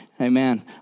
Amen